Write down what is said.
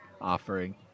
offering